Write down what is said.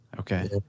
Okay